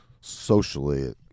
socially